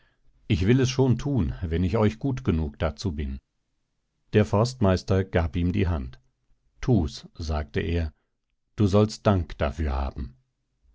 ich will es schon tun wenn ich euch gut genug dazu bin der forstmeister gab ihm die hand tu's sagte er du sollst dank dafür haben